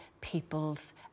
people's